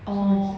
so it's